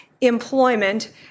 employment